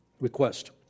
Request